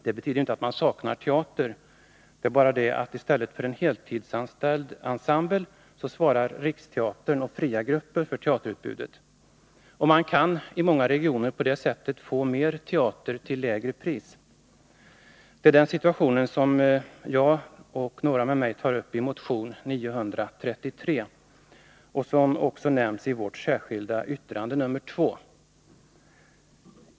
Det betyder inte att man där inte har någon teaterverksamhet, men i stället för en heltidsanställd ensemble svarar Riksteatern och fria grupper för teaterutbudet. I många regioner kan man på det sättet få mer teater till ett lägre pris. Det är denna situation som jag och några med mig tar upp i motion 933 och som också nämns i vårt särskilda yttrande nr 2.